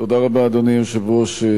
תודה רבה, אדוני היושב-ראש.